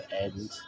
end